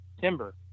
timber